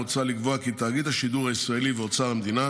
מוצע לקבוע כי תאגיד השידור הישראלי ואוצר המדינה